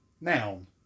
Noun